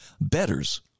betters